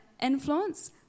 influence